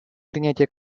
принятие